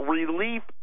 Relief